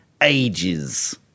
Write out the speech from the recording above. ages